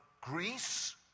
Greece